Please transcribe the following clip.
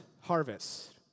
harvest